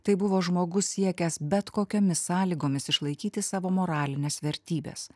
tai buvo žmogus siekęs bet kokiomis sąlygomis išlaikyti savo moralines vertybes